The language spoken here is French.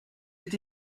est